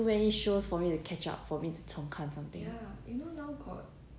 too many shows for me to catch up for me to 重看 sometimes